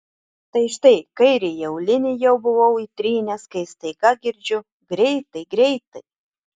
tai štai kairįjį aulinį jau buvau įtrynęs kai staiga girdžiu greitai greitai